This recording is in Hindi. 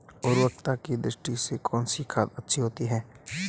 उर्वरकता की दृष्टि से कौनसी खाद अच्छी होती है?